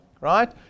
Right